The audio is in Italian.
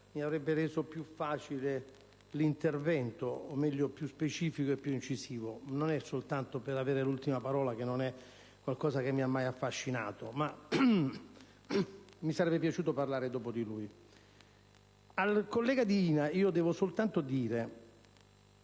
mi avrebbe reso più facile l'intervento o, meglio, più specifico e più incisivo. Non è soltanto per avere l'ultima parola, cosa che non mi ha mai affascinato, ma mi sarebbe piaciuto parlare dopo di lui. Al collega Divina devo soltanto dire